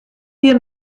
wir